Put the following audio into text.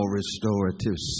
restorative